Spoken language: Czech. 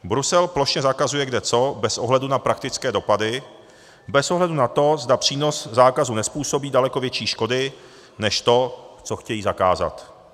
Brusel plošně zakazuje kdeco bez ohledu na praktické dopady, bez ohledu na to, zda přínos zákazu nezpůsobí daleko větší škody než to, co chtějí zakázat.